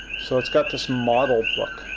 so it's got this mottled look.